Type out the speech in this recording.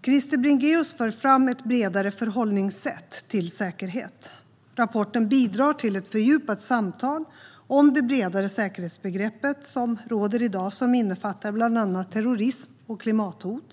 Krister Bringéus för fram ett bredare förhållningssätt till säkerhet. Rapporten bidrar till ett fördjupat samtal om det bredare säkerhetsbegrepp som råder i dag. Det innefattar bland annat terrorism och klimathot.